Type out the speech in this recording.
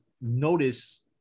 notice